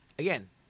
Again